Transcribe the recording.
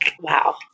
Wow